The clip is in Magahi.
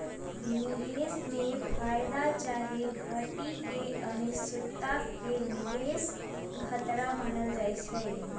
निवेश में फयदा चाहे घटि के अनिश्चितता के निवेश खतरा मानल जाइ छइ